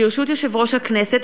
ברשות יושב-ראש הכנסת,